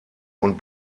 und